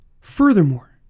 Furthermore